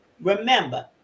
remember